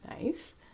Nice